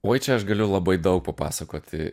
oi čia aš galiu labai daug papasakoti